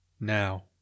Now